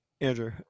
Andrew